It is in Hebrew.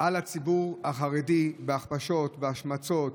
על הציבור החרדי, בהכפשות, בהשמצות,